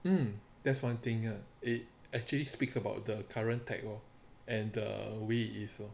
mm that's one thing ya it actually speaks about the current tech lor and the way it is lor